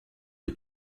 que